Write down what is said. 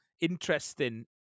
interesting